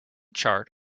chart